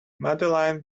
madeline